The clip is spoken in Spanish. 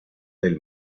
del